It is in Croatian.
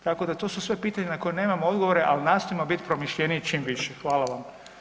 Tako da to su sve pitanja na koje nemamo odgovore ali nastojim bit promišljeniji čim više, hvala vam.